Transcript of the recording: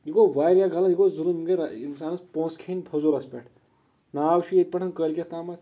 یہِ گوٚو واریاہ غلط یہِ گوٚو ظلُم یِم گٔیے انسانَس پۄنٛسہٕ کھیٚنۍ فضوٗلَس پٮ۪ٹھ ناو چھُ ییٚتہِ پٮ۪ٹھ کٲلکیتھ تامتھ